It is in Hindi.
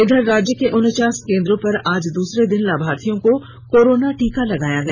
इधर राज्य के उनचास केंद्रों पर आज दूसरे दिन लाभार्थियों को कोरोना टीका लगाया गया